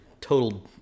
total